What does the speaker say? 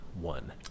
one